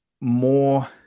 more